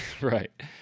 Right